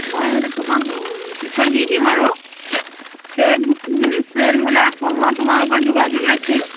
মই তোমাক পিছত দি দিম আৰু সেই বস্তুখিনি চেল হ'লে আকৌ মই তোমাৰ লগত যোগাযোগ ৰাখিম